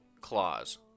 claws